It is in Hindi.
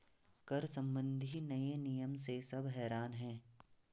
कर संबंधी नए नियम से सब हैरान हैं